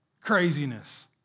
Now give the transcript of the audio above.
craziness